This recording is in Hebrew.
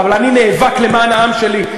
אבל אני נאבק למען העם שלי,